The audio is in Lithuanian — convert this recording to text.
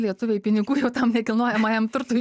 lietuviai pinigų jau tam nekilnojamajam turtui